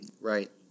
right